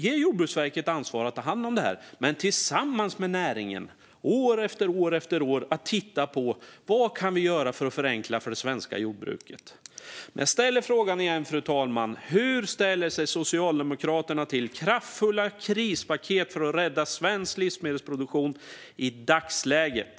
Ge Jordbruksverket ansvaret att ta hand om det här tillsammans med näringen, år efter år för att se vad vi kan göra för att förenkla för det svenska jordbruket. Jag ställer frågan igen, fru talman: Hur ställer sig Socialdemokraterna till kraftfulla krispaket för att rädda svensk livsmedelsproduktion i dagsläget?